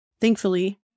thankfully